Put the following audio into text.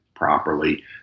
properly